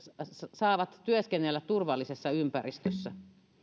saavat työskennellä turvallisessa ympäristössä